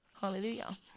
Hallelujah